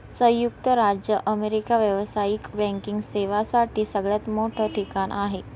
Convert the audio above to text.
संयुक्त राज्य अमेरिका व्यावसायिक बँकिंग सेवांसाठी सगळ्यात मोठं ठिकाण आहे